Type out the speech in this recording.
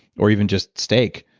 or even just steak,